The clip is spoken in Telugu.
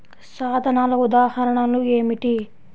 సాధనాల ఉదాహరణలు ఏమిటీ?